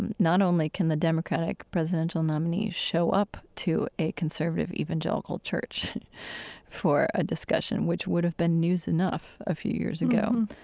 and not only can the democratic presidential nominee show up to a conservative evangelical church for a discussion, which would've been news enough a few years ago,